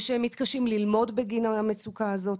ושהם מתקשים ללמוד בגין המצוקה הזאת.